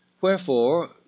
wherefore